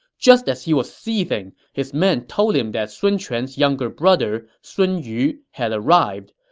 just as he was seething, his men told him that sun quan's younger brother sun yu had arrived.